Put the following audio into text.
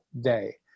day